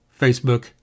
Facebook